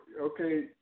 okay